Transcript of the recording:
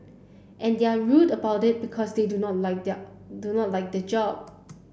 and they're rude about it because they do not like their do not like the job